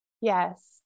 Yes